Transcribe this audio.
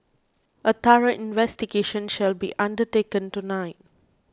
a thorough investigation shall be undertaken tonight